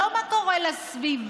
לא מה קורה לסביבה,